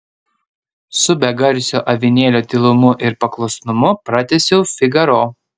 su begarsio avinėlio tylumu ir paklusnumu pratęsiau figaro